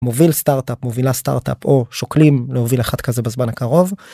מוביל סטארט-אפ מובילה סטארט-אפ או שוקלים להוביל אחת כזה בזמן הקרוב.